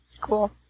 Cool